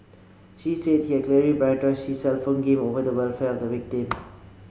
she said he clearly prioritised his cellphone game over the welfare of the victim